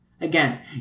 Again